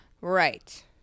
Right